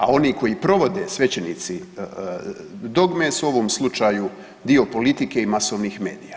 A oni koji provode svećenici dogme su u ovom slučaju dio politike i masovnih medija.